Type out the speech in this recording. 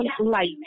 Light